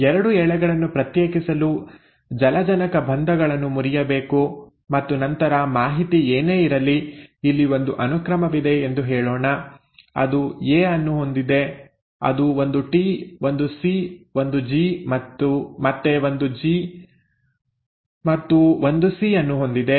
2 ಎಳೆಗಳನ್ನು ಪ್ರತ್ಯೇಕಿಸಲು ಜಲಜನಕ ಬಂಧಗಳನ್ನು ಮುರಿಯಬೇಕು ಮತ್ತು ನಂತರ ಮಾಹಿತಿ ಏನೇ ಇರಲಿ ಇಲ್ಲಿ ಒಂದು ಅನುಕ್ರಮವಿದೆ ಎಂದು ಹೇಳೋಣ ಅದು ಎ ಅನ್ನು ಹೊಂದಿದೆ ಅದು ಒಂದು ಟಿ ಒಂದು ಸಿ ಒಂದು ಜಿ ಮತ್ತೆ ಒಂದು ಜಿ ಮತ್ತು ಒಂದು ಸಿ ಅನ್ನು ಹೊಂದಿದೆ